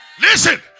Listen